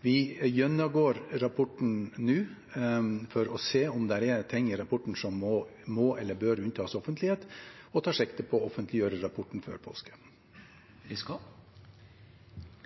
Vi gjennomgår rapporten nå for å se om det er ting i rapporten som må eller bør unntas offentlighet, og tar sikte på å offentliggjøre rapporten før påske.